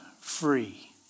free